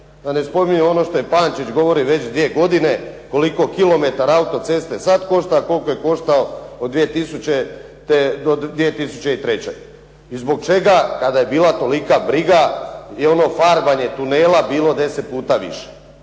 Da ne spominjem ono što Pančić govori već dvije godine koliko kilometara autoceste sada košta, a koliko je koštao od 2000. do 2003.? I zbog čega kada je bila tolika briga, gdje je ono farbanje tunela bilo 10 puta više